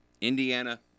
Indiana